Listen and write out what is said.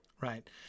right